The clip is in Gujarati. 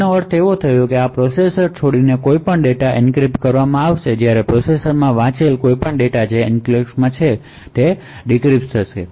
આનો અર્થ એ છે કે પ્રોસેસર છોડી જતો કોઈપણ ડેટા એન્ક્રિપ્ટ કરવામાં આવશે જ્યારે પ્રોસેસરમાં વાંચેલા કોઈપણ ડેટા જે એન્ક્લેવ્સ માં છે તે ડિક્રિપ્ટ થશે